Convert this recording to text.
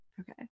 okay